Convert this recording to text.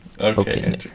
Okay